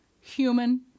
human